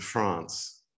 France